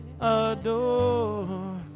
adore